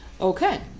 Okay